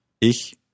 Ich